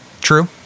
true